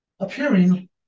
appearing